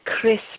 crisp